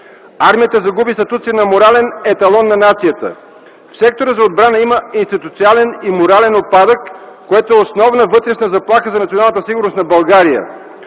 Армията загуби статута си на морален еталон на нацията. В сектора за отбрана има институционален и морален упадък, което е основна вътрешна заплаха за националната сигурност на България.